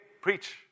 Preach